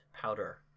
powder